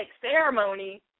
ceremony